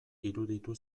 iruditu